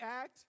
act